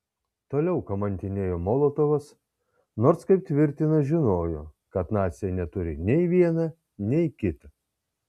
toliau kamantinėjo molotovas nors kaip tvirtina žinojo kad naciai neturi nei viena nei kita